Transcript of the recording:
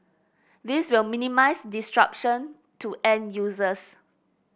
this will minimise disruption to end users